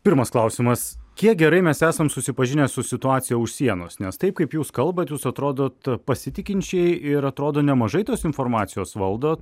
pirmas klausimas kiek gerai mes esam susipažinę su situacija už sienos nes taip kaip jūs kalbat jūs atrodot pasitikinčiai ir atrodo nemažai tos informacijos valdot